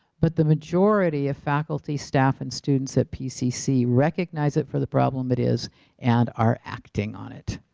but the majority of faculty, staff and students at pcc recognize it for the problem it is and are acting on it.